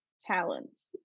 talents